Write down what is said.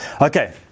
okay